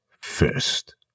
first